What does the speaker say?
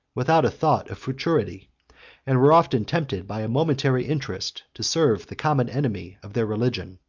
without a thought of futurity and were often tempted by a momentary interest to serve the common enemy of their religion.